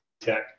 tech